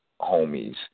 homies